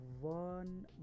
one